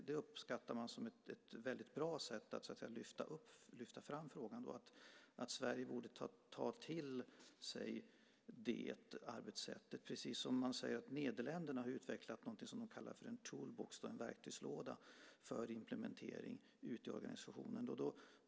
Det uppskattar man som ett väldigt bra sätt att lyfta fram frågan. Sverige borde ta till sig det arbetssättet. Och man säger att Nederländerna har utvecklat något som de kallar för en tool-box , en verktygslåda, för implementering ute i organisationen.